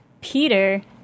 Peter